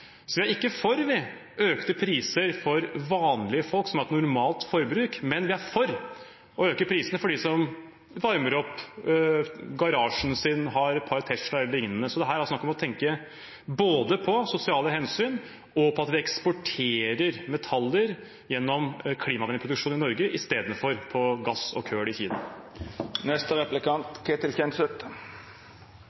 Vi er ikke for økte priser for vanlige folk som har et normalt forbruk, men vi er for å øke prisene for dem som varmer opp garasjen sin, har et par Teslaer e.l. Det er snakk om både å tenke på sosiale hensyn og på at vi eksporterer metaller gjennom klimavennlig produksjon i Norge istedenfor på gass og kull i